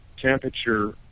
temperature